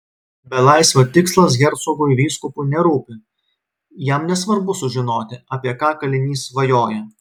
belaisvio tikslas hercogui vyskupui nerūpi jam nesvarbu sužinoti apie ką kalinys svajoja